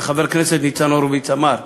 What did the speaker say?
חבר הכנסת ניצן הורוביץ אמר: